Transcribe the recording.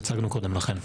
הצגנו קודם לכן.